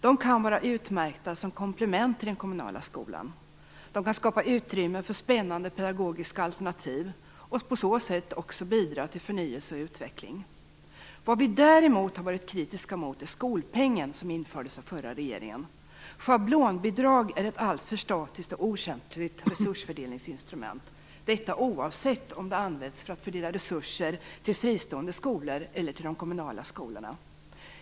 De kan vara utmärkta som komplement till den kommunala skolan. De kan skapa utrymme för spännande pedagogiska alternativ och på så sätt också bidra till förnyelse och utveckling. Vad vi däremot har varit kritiska till är skolpengen som infördes av förra regeringen. Schablonbidrag är ett alltför statiskt och okänsligt resursfördelningsinstrument, oavsett om det används för att fördela resurser till fristående skolor eller till de kommunala skolorna.